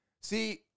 See